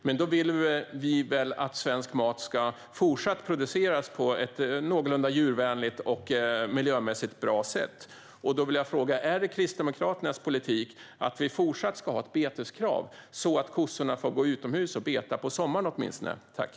Men då vill ni väl att svensk mat ska fortsatt produceras på ett någorlunda djurvänligt och miljömässigt bra sätt? Därför vill jag fråga: Är det Kristdemokraternas politik att man fortsatt ska ha beteskrav så att kossorna få gå utomhus och beta åtminstone på sommaren?